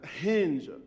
hinge